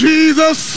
Jesus